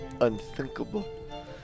Unthinkable